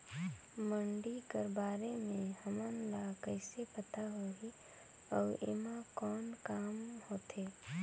मंडी कर बारे म हमन ला कइसे पता होही अउ एमा कौन काम होथे?